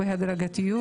בהדרגתיות.